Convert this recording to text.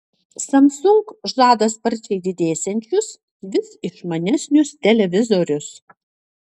samsung žada sparčiai didėsiančius vis išmanesnius televizorius